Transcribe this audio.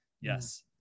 Yes